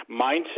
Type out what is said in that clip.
mindset